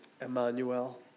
Emmanuel